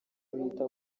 bita